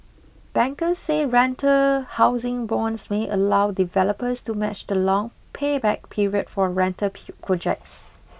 bankers say rental housing bonds may allow developers to match the long payback period for rental projects